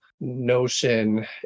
notion